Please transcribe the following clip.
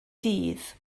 ddydd